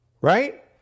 Right